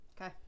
Okay